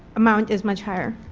amount is much higher.